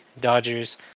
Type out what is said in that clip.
Dodgers